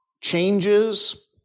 changes